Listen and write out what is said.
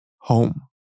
home